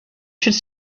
should